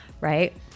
Right